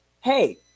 hey